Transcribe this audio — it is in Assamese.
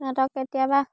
সিহঁতক কেতিয়াবা